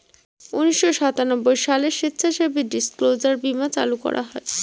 উনিশশো সাতানব্বই সালে স্বেচ্ছাসেবী ডিসক্লোজার বীমা চালু করা হয়